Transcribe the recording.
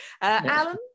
Alan